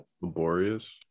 Laborious